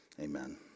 Amen